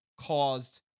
caused